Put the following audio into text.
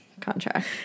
contract